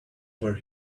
were